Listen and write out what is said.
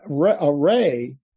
array